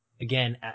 again